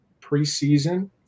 preseason